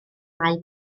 mae